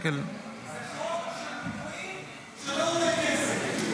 זה חוק של מינויים שלא עולה כסף.